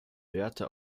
werte